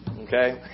okay